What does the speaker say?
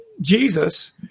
Jesus